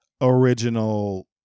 original